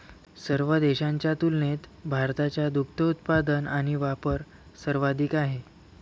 सर्व देशांच्या तुलनेत भारताचा दुग्ध उत्पादन आणि वापर सर्वाधिक आहे